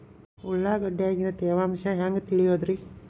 ಉಳ್ಳಾಗಡ್ಯಾಗಿನ ತೇವಾಂಶ ಹ್ಯಾಂಗ್ ತಿಳಿಯೋದ್ರೇ?